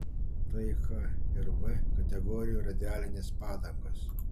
tai h ir v kategorijų radialinės padangos